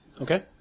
Okay